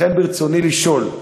לכן, ברצוני לשאול: